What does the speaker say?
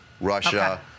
Russia